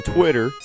Twitter